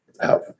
Out